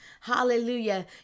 Hallelujah